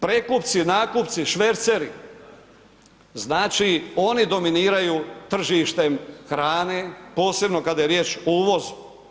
Prekupci, nakupci, šverceri, znači oni dominiraju tržištem hrane, posebno kada je riječ o uvozu.